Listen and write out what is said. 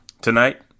tonight